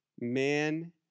man